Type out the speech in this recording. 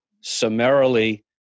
summarily